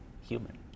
human